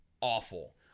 awful